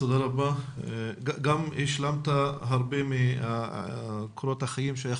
גם השלמת הרבה מקורות החיים שהיה